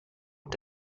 und